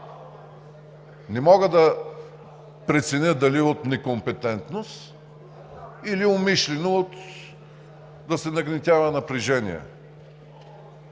Не мога да преценя дали от некомпетентност, или умишлено, да се нагнетява напрежение.